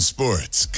Sports